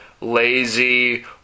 lazy